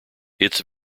its